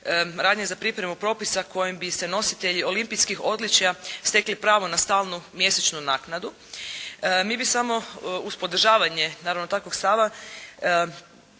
radnje za pripremu propisa kojim bi se nositelji olimpijskih odličja stekli pravno na stalnu mjesečnu naknadu. Mi bi samo uz podržavanje naravno takvog stava,